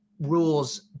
rules